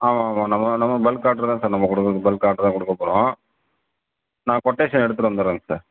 ஆமாம் ஆமாம் நம்ம நம்ம பல்க் ஆர்டரு தான் சார் நம்ம குடுக் பல்க் ஆர்டரு தான் கொடுக்கப் போகிறோம் நான் கொட்டேஷன் எடுத்துகிட்டு வந்துவிட்றேங்க சார்